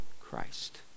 Christ